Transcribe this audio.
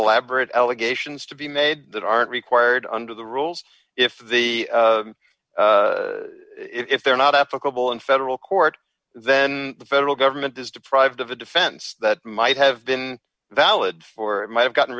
elaborate allegations to be made that aren't required under the rules if the if they're not applicable in federal court then the federal government has deprived of a defense that might have been valid or might have gotten